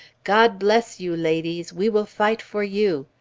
god bless you, ladies we will fight for you!